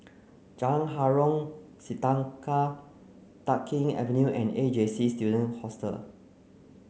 Jalan Harom Setangkai Tai Keng Avenue and A J C Student Hostel